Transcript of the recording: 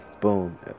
boom